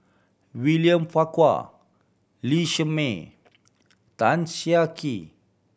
William Farquhar Lee Shermay Tan Siah Kwee